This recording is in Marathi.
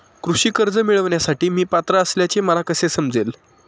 कृषी कर्ज मिळविण्यासाठी मी पात्र असल्याचे मला कसे समजेल?